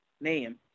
name